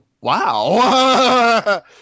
Wow